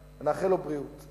ונאחל לו בריאות.